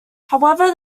however